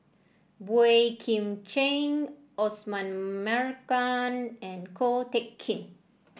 Boey Kim Cheng Osman Merican and Ko Teck Kin